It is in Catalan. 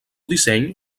disseny